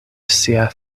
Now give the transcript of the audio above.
sia